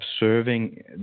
observing